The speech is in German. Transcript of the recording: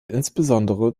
insbesondere